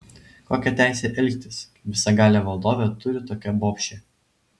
kokią teisę elgtis kaip visagalė valdovė turi tokia bobšė